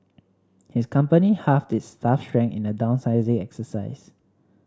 his company halved its staff strength in a downsizing exercise